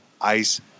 ice